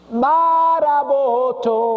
maraboto